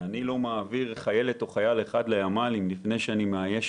אני לא מעביר חיילת או חייל אחד לימ"ל לפני שאני מאייש